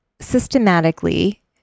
systematically